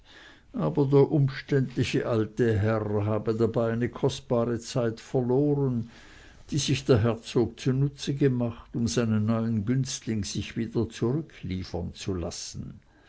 aber der umständliche alte herr habe dabei eine kostbare zeit verloren die sich der herzog zunutze gemacht um seinen neuen günstling sich wieder zurückliefern zu lassen